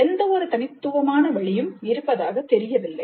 எந்தவொரு தனித்துவமான வழியும் இருப்பதாகத் தெரியவில்லை